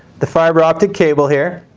the fiber optic cable here,